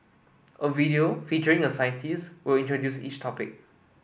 a video featuring a scientist will introduce each topic